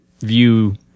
view